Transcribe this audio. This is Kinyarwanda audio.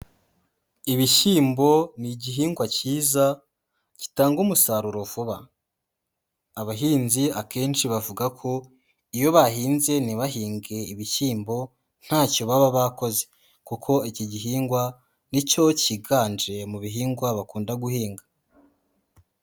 Ibishyimbo ni igihingwa cyiza gitanga umusaruro vuba, abahinzi akenshi bavuga ko iyo bahinze ntibahinge ibishyimbo ntacyo baba bakoze, kuko iki gihingwa nicyo cyiganje mu bihingwa bakunda guhinga.